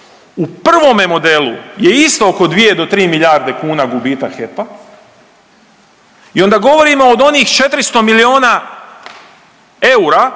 U prvome modelu je isto oko 2 do 3 milijarde kuna gubitak HEP-a i onda govorimo o onih 400 milijuna eura,